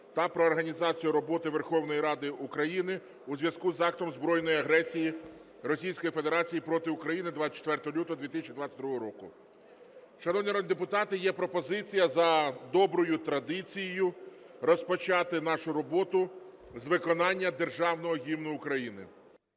та "Про організацію роботи Верховної Ради України у зв'язку з актом збройної агресії Російської Федерації проти України 24 лютого 2022 року". Шановні народні депутати, є пропозиція за доброю традицією розпочати нашу роботу з виконання Державного Гімну України.